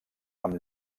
amb